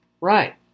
Right